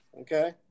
Okay